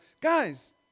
guys